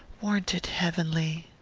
warn't it heavenly?